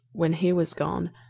when he was gone,